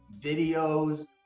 videos